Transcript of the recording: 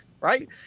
right